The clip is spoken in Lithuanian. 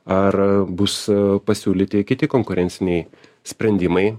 ar bus pasiūlyti kiti konkurenciniai sprendimai